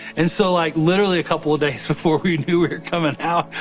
and so like literally a couple of days before we and knew we're coming out,